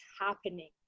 happening